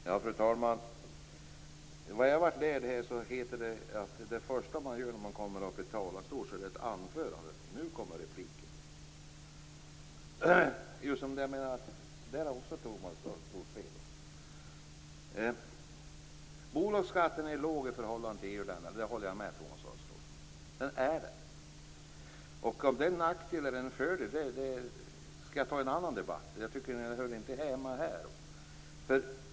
Fru talman! Man brukar först hålla ett anförande från talarstolen. Nu kommer repliken. Thomas Östros har fel. Jag håller med om att bolagsskatten är låg i förhållande till de övriga EU länderna. Om det är en nackdel eller en fördel skall jag ta upp i en annan debatt. Jag tycker inte att det hör hemma här.